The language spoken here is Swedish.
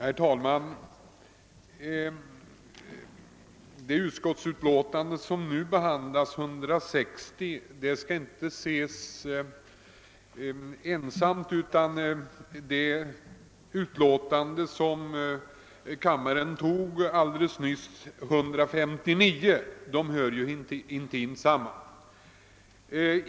Herr talman! Statsutskottets utlåtande nr 160, som vi nu behandlar, bör studeras jämsides med det utlåtande, nr 159, som kammaren nyss beslutade om. De hör nämligen delvis samman.